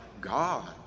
God